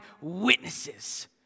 witnesses